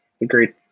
agreed